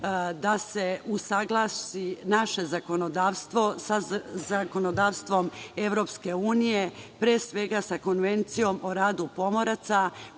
da se usaglasi naše zakonodavstvo sa zakonodavstvom EU, pre svega sa Konvencijom o radu pomoraca